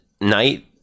night